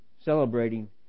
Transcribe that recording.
celebrating